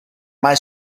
mai